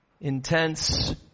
intense